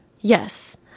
Yes